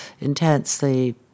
intensely